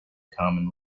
common